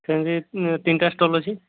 ସେମିତି ତିନିଟା ଷ୍ଟଲ୍ ଅଛି